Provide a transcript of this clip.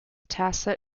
tacit